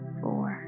four